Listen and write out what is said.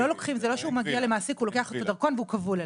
זה לא שהוא מגיע למעסיק והוא לוקח את הדרכון והוא כבול אליו.